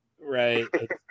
right